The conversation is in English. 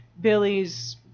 Billy's